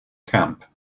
camp